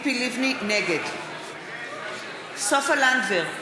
נגד סופה לנדבר,